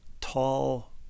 tall